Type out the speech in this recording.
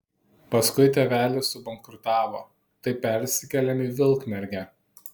paskui tėvelis subankrutavo tai persikėlėm į vilkmergę